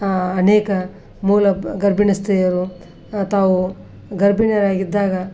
ಅನೇಕ ಮೂಲ ಗರ್ಭಿಣಿ ಸ್ತ್ರೀಯರು ತಾವು ಗರ್ಭಿಣಿಯರಾಗಿದ್ದಾಗ